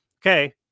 okay